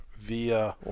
via